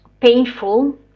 painful